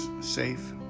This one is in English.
safe